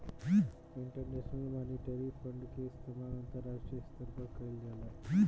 international monetary fund के इस्तमाल अंतरराष्ट्रीय स्तर पर कईल जाला